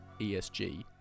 ESG